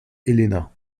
helena